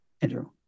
Andrew